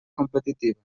competitiva